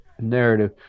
narrative